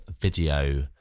video